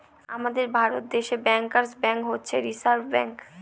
আমাদের ভারত দেশে bankers bank হচ্ছে রিসার্ভ ব্যাঙ্ক